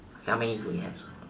okay how many do we have